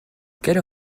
quelle